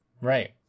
Right